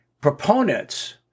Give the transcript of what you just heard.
proponents